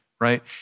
right